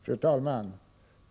Fru talman!